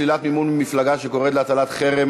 שלילת מימון ממפלגה שקוראת להטלת חרם